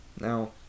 Now